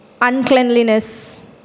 uncleanliness